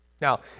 Now